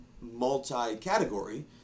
multi-category